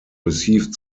received